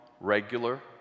regular